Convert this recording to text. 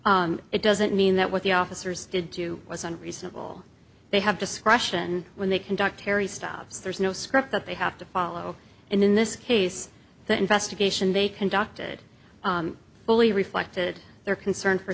occur it doesn't mean that what the officers did do was unreasonable they have discretion when they conduct terry stops there's no script that they have to follow and in this case the investigation they conducted fully reflected their concern for